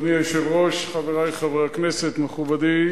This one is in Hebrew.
אדוני היושב-ראש, חברי חברי הכנסת, מכובדי